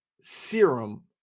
serum